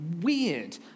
weird